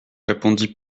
répondit